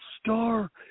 star